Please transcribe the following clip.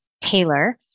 Taylor